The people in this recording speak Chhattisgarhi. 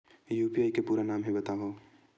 यू.पी.आई के पूरा नाम का हे बतावव?